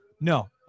No